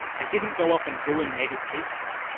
they didn't go off and ruin native species.